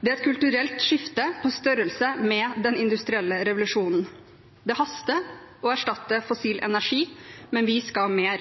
Det er et kulturelt skifte på størrelse med den industrielle revolusjonen. Det haster å erstatte fossil energi. Men vi skal mer.